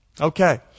Okay